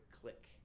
click